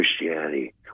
Christianity